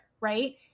right